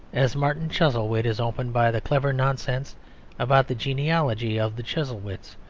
as martin chuzzlewit is opened by the clever nonsense about the genealogy of the chuzzlewits,